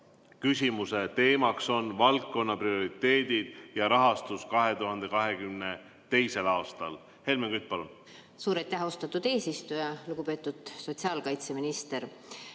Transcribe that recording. küsimuse teema on valdkonna prioriteedid ja rahastus 2022. aastal. Helmen Kütt, palun! Suur aitäh, austatud eesistuja! Lugupeetud sotsiaalkaitseminister!